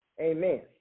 Amen